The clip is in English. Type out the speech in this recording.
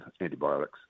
antibiotics